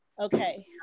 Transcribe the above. okay